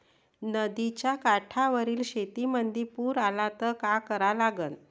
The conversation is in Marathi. नदीच्या काठावरील शेतीमंदी पूर आला त का करा लागन?